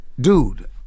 dude